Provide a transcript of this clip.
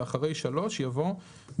ואחרי "(3)" יבוא ",